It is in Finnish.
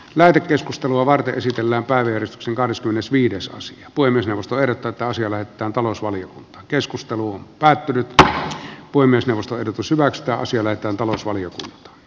lähetekeskustelua varten esitellä päivystyksen kahdeskymmenesviides osa poimi rustoerto taisi olla että talousvalio keskusteluun päätynyttä puhemiesneuvoston pysyväksi ja sillä että talousvaliot